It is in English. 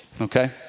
Okay